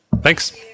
Thanks